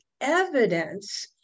evidence